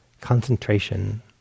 concentration